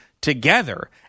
together